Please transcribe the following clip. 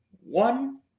one